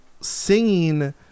Singing